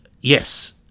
yes